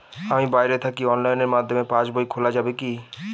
আমি বাইরে থাকি অনলাইনের মাধ্যমে পাস বই খোলা যাবে কি?